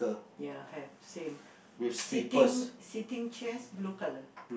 ya have same sitting sitting chairs blue colour